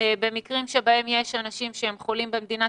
במקרים שבהם יש אנשים שהם חולים במדינת